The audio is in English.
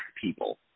people